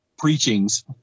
Preachings